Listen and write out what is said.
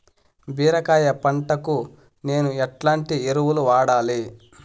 బీరకాయ పంటకు నేను ఎట్లాంటి ఎరువులు వాడాలి?